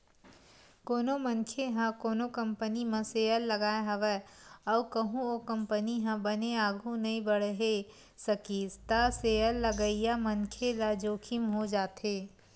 कोनो मनखे ह कोनो कंपनी म सेयर लगाय हवय अउ कहूँ ओ कंपनी ह बने आघु नइ बड़हे सकिस त सेयर लगइया मनखे ल जोखिम हो जाथे